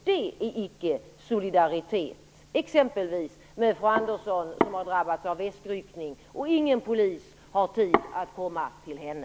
Det är icke solidaritet, exempelvis med fru Andersson som har drabbats av väskryckning men ingen polis har tid att komma till henne.